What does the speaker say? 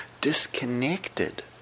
disconnected